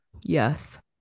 Yes